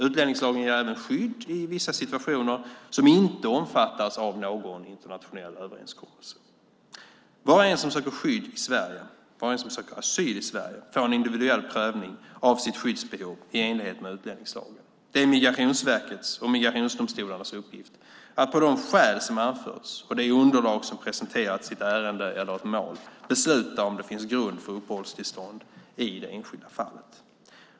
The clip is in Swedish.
Utlänningslagen ger även skydd i vissa situationer som inte omfattas av någon internationell överenskommelse. Var och en som söker asyl i Sverige får en individuell prövning av sitt skyddsbehov i enlighet med utlänningslagen. Det är Migrationsverkets och migrationsdomstolarnas uppgift att på de skäl som anförts och det underlag som presenterats i ett ärende eller ett mål besluta om det finns grund för uppehållstillstånd i det enskilda fallet.